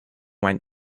went